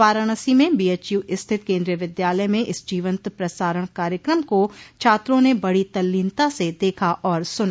वाराणसी में बीएचयू स्थित केन्द्रीय विद्यालय में इस जीवन्त प्रसारण कार्यक्रम को छात्रों ने बड़ी तल्लीनता से देखा और सुना